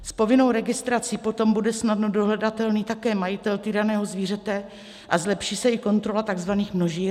S povinnou registrací potom bude snadno dohledatelný také majitel týraného zvířete a zlepší se i kontrola tzv. množíren.